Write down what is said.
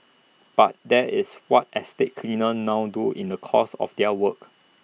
but that is what estate cleaners now do in the course of their work